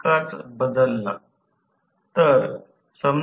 कारण हे जास्तीत जास्त स्लिप अभिव्यक्ती आहे